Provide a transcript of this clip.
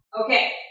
Okay